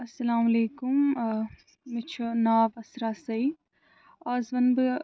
اسلام علیکُم مےٚ چھُ ناو اصرا سعید آز ونہٕ بہٕ